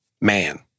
man